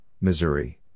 Missouri